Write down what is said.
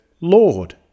Lord